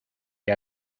que